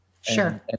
sure